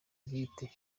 ubwite